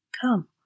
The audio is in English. Come